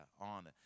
on